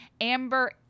Amber